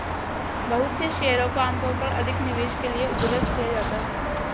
बहुत से शेयरों को आमतौर पर अधिक निवेश के लिये उद्धृत किया जाता है